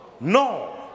no